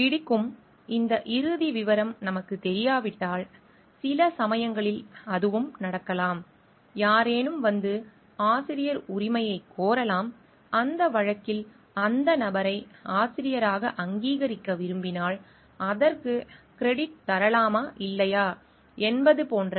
பிடிக்கும் இந்த இறுதி விவரம் நமக்கு தெரியாவிட்டால் சில சமயங்களில் அதுவும் நடக்கலாம் யாரேனும் வந்து ஆசிரியர் உரிமையைக் கோரலாம் அந்த வழக்கில் அந்த நபரை ஆசிரியராக அங்கீகரிக்க விரும்பினால் அதற்கு கிரெடிட் தரலாமா இல்லையா என்பது போன்ற